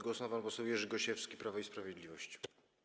Głos ma pan poseł Jerzy Gosiewski, Prawo i Sprawiedliwość.